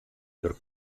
der